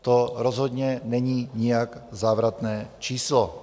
To rozhodně není nijak závratné číslo.